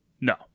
No